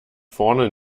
vorne